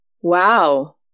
Wow